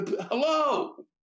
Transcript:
Hello